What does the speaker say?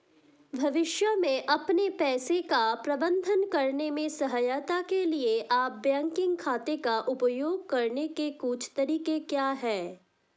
भविष्य में अपने पैसे का प्रबंधन करने में सहायता के लिए आप चेकिंग खाते का उपयोग करने के कुछ तरीके क्या हैं?